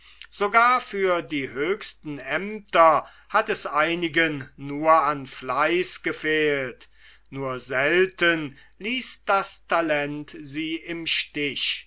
sogar für die höchsten aemter hat es einigen nur an fleiß gefehlt nur selten ließ das talent sie im stich